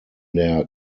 der